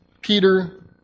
Peter